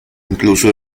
incluso